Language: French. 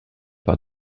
par